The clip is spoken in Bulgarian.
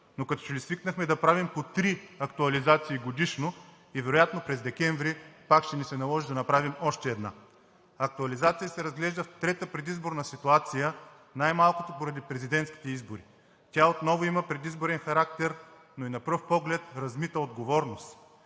но като че ли свикнахме да правим по три актуализации годишно и вероятно през декември пак ще ни се наложи да направим още една. Актуализация се разглежда в трета предизборна ситуация, най-малкото поради президентските избори. Тя отново има предизборен характер, но и на пръв поглед размита отговорност.